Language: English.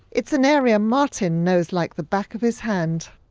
it's an area martin knows like the back of his hand.